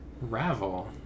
Ravel